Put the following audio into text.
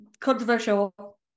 controversial